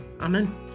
amen